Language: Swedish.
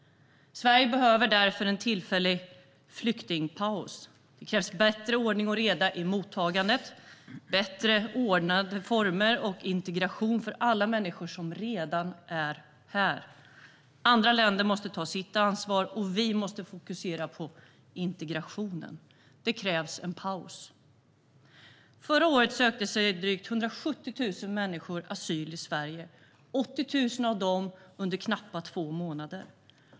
Sverige behöver därför en tillfällig flyktingpaus. Det krävs bättre ordning och reda i mottagandet och bättre ordnade former för integration av alla människor som redan är här. Andra länder måste ta sitt ansvar, och vi måste fokusera på integrationen. Det krävs en paus. Förra året sökte drygt 170 000 människor asyl i Sverige, 80 000 av dem under knappt två månader.